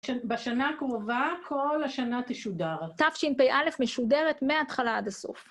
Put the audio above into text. בשנה הקרובה, כל השנה תשודר. תשפ״א משודרת מההתחלה עד הסוף.